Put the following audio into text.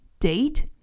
date